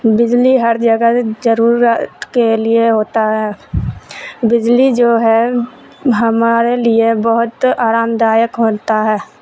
بجلی ہر جگہ ضرورت کے لیے ہوتا ہے بجلی جو ہے ہمارے لیے بہت آرام دایک ہوتا ہے